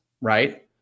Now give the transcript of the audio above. right